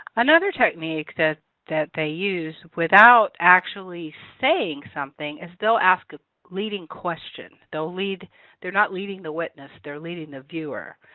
another technique that that they use without actually saying something is they'll ask a leading question. they'll lead they're not leading the witness they're leading the viewer.